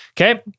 Okay